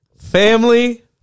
family